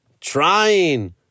trying